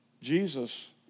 Jesus